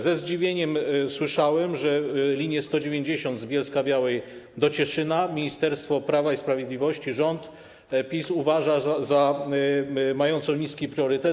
Ze zdziwieniem usłyszałem, że linię 190 z Bielska-Białej do Cieszyna ministerstwo Prawa i Sprawiedliwości, rząd PiS uważa za mającą niski priorytet.